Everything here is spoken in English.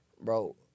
Bro